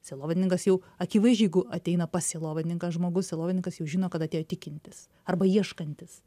sielovadininkas jau akivaizdžiai jeigu ateina pas sielovadininką žmogus sielovadininkas jau žino kad atėjo tikintis arba ieškantis